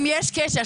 אם יש קשר.